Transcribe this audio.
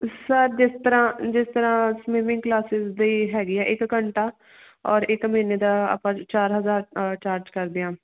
sir ਜਿਸ ਤਰ੍ਹਾਂ ਜਿਸ ਤਰ੍ਹਾਂ ਸਵੀਮਿੰਗ ਕਲਾਸਿਸ ਵੀ ਹੈਗੀ ਆ ਇੱਕ ਘੰਟਾ ਔਰ ਇੱਕ ਮਹੀਨੇ ਦਾ ਆਪਾਂ ਚਾਰ ਹਜ਼ਾਰ ਅ ਚਾਰਜ ਕਰਦੇ ਹਾਂ